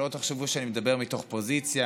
שלא תחשבו שאני מדבר מתוך פוזיציה,